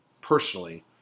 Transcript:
personally